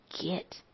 get